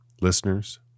Listeners